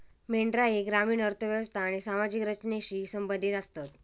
मेंढरा ही ग्रामीण अर्थ व्यवस्था आणि सामाजिक रचनेशी संबंधित आसतत